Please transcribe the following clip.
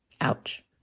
Ouch